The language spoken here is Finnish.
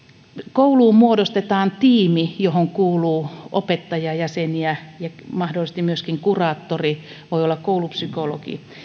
kouluun muodostetaan tiimi johon kuuluu opettajajäseniä ja mahdollisesti myöskin kuraattori voi olla koulupsykologi